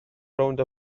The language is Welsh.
rownd